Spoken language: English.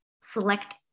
select